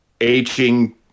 aging